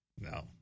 No